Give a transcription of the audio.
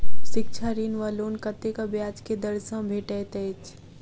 शिक्षा ऋण वा लोन कतेक ब्याज केँ दर सँ भेटैत अछि?